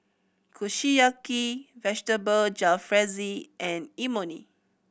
Kushiyaki Vegetable Jalfrezi and Imoni